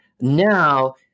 now